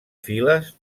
files